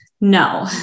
No